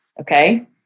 okay